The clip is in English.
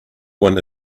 one